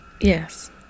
yes